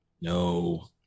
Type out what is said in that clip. No